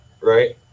right